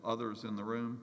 others in the room